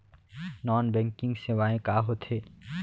non banking सेवाएं का होथे